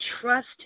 trust